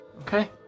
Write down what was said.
Okay